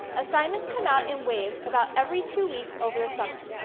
assignments come out in waves about every two weeks over the summer.